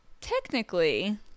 technically